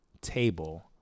table